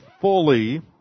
fully